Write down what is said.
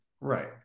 right